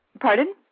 Pardon